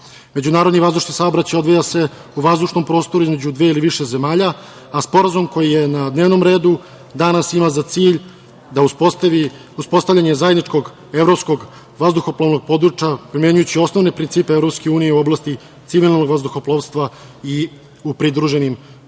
Međunarodni vazdušni saobraćaj odvija se u vazdušnom prostoru, između dve, ili više zemalja, a sporazum koji je na dnevnom redu, danas ima za cilj uspostavljanje zajedničkog evropskog vazduhoplovnog područja, primenjujući osnovne principe EU, u oblasti civilnog vazduhoplovstva i u pridruženim državama,